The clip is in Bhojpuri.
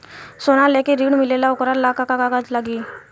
सोना लेके ऋण मिलेला वोकरा ला का कागज लागी?